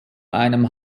einem